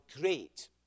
great